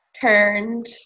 turned